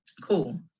Cool